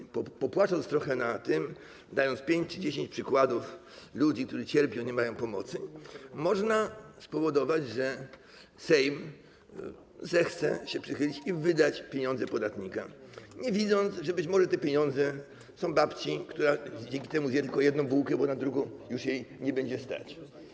Gdy się popłacze trochę nad tym, da 5 czy 10 przykładów ludzi, którzy cierpią i nie mają pomocy, można spowodować, że Sejm zechce się przychylić i wydać pieniądze podatnika, nie widząc, że być może te pieniądze są babci, która dzięki temu zje tylko jedną bułkę, bo na drugą już jej nie będzie stać.